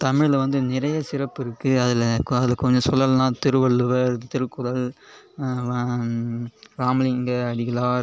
தமிழில் வந்து நிறைய சிறப்பு இருக்குது அதில் அது கொஞ்சம் சொல்லணும்னால் திருவள்ளுவர் திருக்குறள் இராமலிங்க அடிகளார்